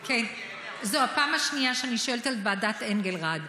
זו הפעם השנייה שאני שואלת על ועדת אנגלרד.